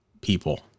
people